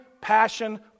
passion